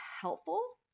helpful